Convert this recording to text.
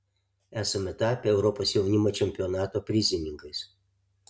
esame tapę europos jaunimo čempionato prizininkais